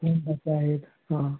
आहेत हां